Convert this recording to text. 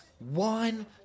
Wine